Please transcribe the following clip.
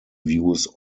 views